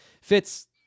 Fitz